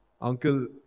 uncle